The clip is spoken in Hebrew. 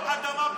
זו לא אדמה פרטית.